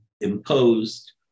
imposed